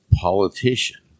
Politician